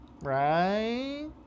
Right